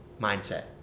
mindset